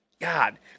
God